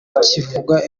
kivuga